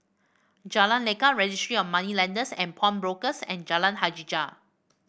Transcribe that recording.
Jalan Lekar Registry of Moneylenders and Pawnbrokers and Jalan Hajijah